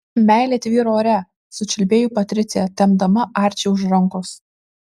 meilė tvyro ore sučiulbėjo patricija tempdama arčį už rankos